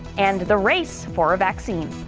and the race for a vaccine.